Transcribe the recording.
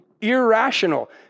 irrational